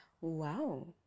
Wow